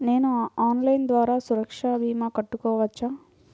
నేను ఆన్లైన్ ద్వారా సురక్ష భీమా కట్టుకోవచ్చా?